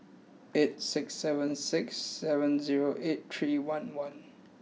eight six seven six seven zero eight three one one